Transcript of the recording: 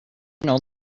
know